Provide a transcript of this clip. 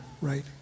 right